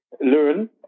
learn